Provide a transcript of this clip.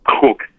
cook